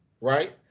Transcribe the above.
right